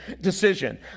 decision